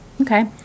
Okay